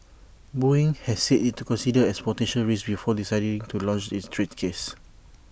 boeing has said IT considered as potential risks before deciding to launch its trade case